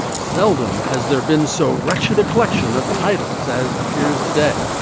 seldom has there been so wretched a collection of titles as appears today.